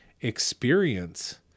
experience